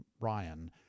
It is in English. Ryan